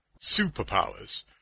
superpowers